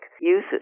uses